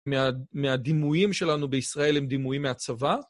מהדימויים שלנו בישראל הם דימויים מהצבא?